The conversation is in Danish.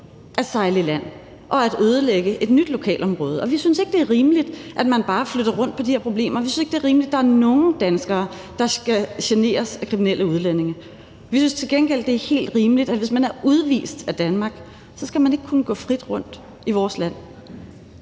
at sejle i land og at ødelægge et nyt lokalområde. Og vi synes ikke, det er rimeligt, at man bare flytter rundt på de her problemer. Vi synes ikke, det er rimeligt, at der er nogen danskere, der skal generes af kriminelle udlændinge. Vi synes til gengæld, det er helt rimeligt, at man, hvis man er udvist af Danmark, ikke skal kunne gå frit rundt i vores land.